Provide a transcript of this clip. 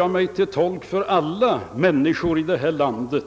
Jag gör mig till talesman för alla människor i detta land,